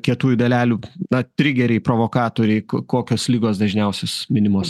kietųjų dalelių na trigeriai provokatoriai kokios ligos dažniausios minimos